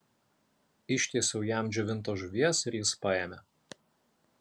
ištiesiau jam džiovintos žuvies ir jis paėmė